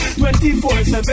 24/7